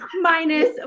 minus